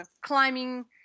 climbing